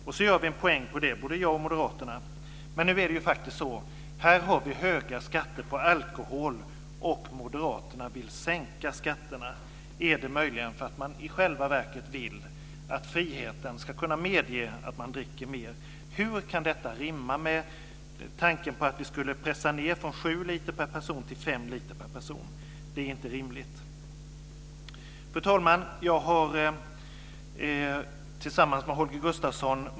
Sedan gör vi en poäng på det, både jag och moderaterna. Nu är det faktiskt så att vi har höga skatter på alkohol, och moderaterna vill sänka skatterna. Är det möjligen därför att de i själva verket vill att friheten ska kunna medge att man dricker mer? Hur kan detta rimma med tanken på att vi ska pressa ned konsumtionen från sju liter per person till fem liter per person? Det är inte rimligt. Fru talman! Jag har motionerat tillsammans med Holger Gustafsson.